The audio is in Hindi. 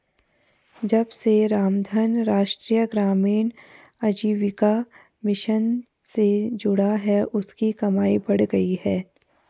जब से रामधन राष्ट्रीय ग्रामीण आजीविका मिशन से जुड़ा है उसकी कमाई बढ़ गयी है